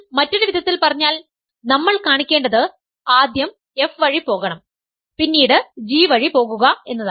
അതിനാൽ മറ്റൊരു വിധത്തിൽ പറഞ്ഞാൽ നമ്മൾ കാണിക്കേണ്ടത് ആദ്യം f വഴി പോകണം പിന്നീട് g വഴി പോകുക എന്നതാണ്